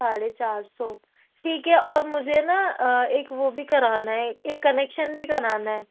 ساڑھے چار سو ٹھیک ہے اور مجھے نا ایک وہ بھی کرانا ہے ایک کنیکشن بھی کرانا ہے